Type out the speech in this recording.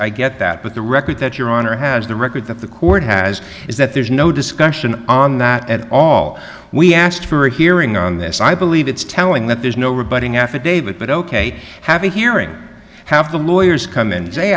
i get that but the record that your honor has the record that the court has is that there's no discussion on that at all we asked for a hearing on this i believe it's telling that there's no rebutting affidavit but ok have a hearing have the lawyers come